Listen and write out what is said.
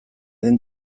den